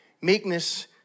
meekness